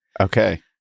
Okay